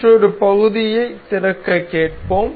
மற்றொரு பகுதியைத் திறக்கக் கேட்போம்